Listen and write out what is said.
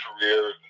career